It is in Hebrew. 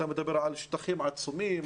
אתה מדבר על שטחים עצומים.